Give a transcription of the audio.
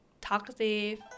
talkative